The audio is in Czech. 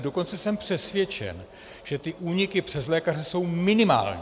Dokonce jsem přesvědčen, že úniky přes lékaře jsou minimální.